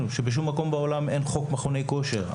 שבשום מקום בעולם אין חוק מכוני כושר,